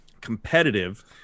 competitive